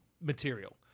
material